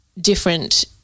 different